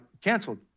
canceled